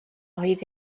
oedd